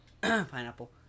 pineapple